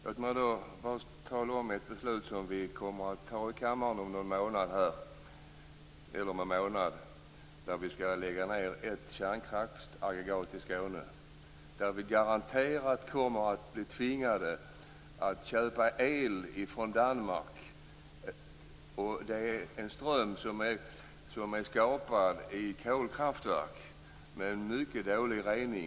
Låt mig då bara påminna om det beslut som kammaren kommer att fatta om någon månad om att lägga ned ett kärnkraftsaggregat i Skåne. Det innebär att Sverige garanterat kommer att bli tvunget att köpa el från Danmark. Det är en ström som är skapad i kolkraftverk med en mycket dålig rening.